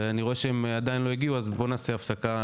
ואני רואה שהם עדיין לא הגיעו אז בוא נעשה הפסקה,